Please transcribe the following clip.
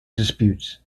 disputes